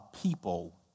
people